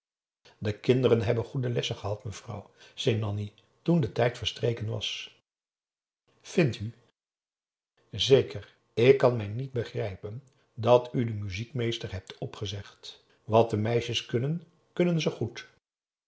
de kinderen hebben goede lessen gehad mevrouw zei nanni toen de tijd verstreken was vindt u zeker ik kan mij niet begrijpen dat u den muziekmeester hebt opgezegd wat de meisjes kunnen kunnen ze goed